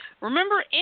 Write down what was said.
Remember